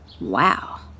Wow